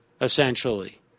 essentially